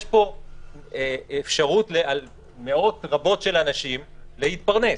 יש פה אפשרות למאות רבות של אנשים להתפרנס.